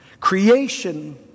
Creation